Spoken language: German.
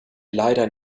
leider